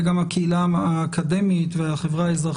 זה גם הקהילה האקדמית והחברה האזרחית.